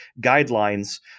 guidelines